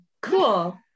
Cool